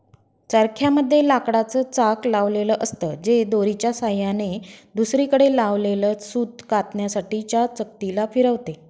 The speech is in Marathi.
चरख्या मध्ये लाकडाच चाक लावलेल असत, जे दोरीच्या सहाय्याने दुसरीकडे लावलेल सूत कातण्यासाठी च्या चकती ला फिरवते